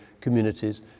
communities